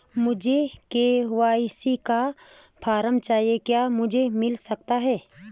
मुझे के.वाई.सी का फॉर्म चाहिए क्या मुझे मिल सकता है?